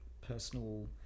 personal